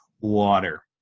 water